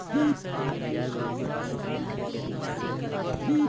एक हज़ार मुर्गी पालन करे खातिर केतना जगह लागी?